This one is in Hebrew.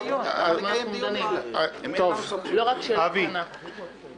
הוא יהיה מודע היטב ויתייחס למה שקרה פה בכנסת בשיקוליו.